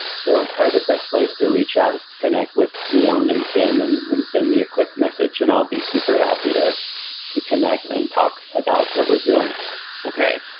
so probably the best place to reach out is to connect with me on linkedin and and send me a quick message and i'll be super happy to to connect and talk about what we're doing okay.